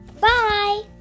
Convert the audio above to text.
Bye